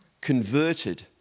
converted